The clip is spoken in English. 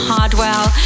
Hardwell